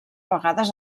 vegades